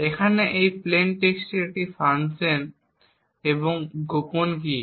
এখানে এই প্লেইন টেক্সটের একটি ফাংশন এবং গোপন কী